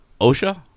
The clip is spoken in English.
OSHA